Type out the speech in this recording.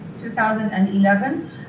2011